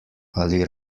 ali